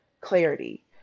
clarity